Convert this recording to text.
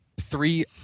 three